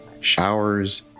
showers